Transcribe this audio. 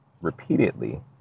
repeatedly